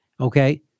Okay